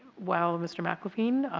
while mr. mcelveen,